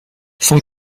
son